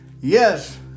Yes